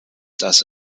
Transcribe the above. das